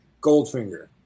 Goldfinger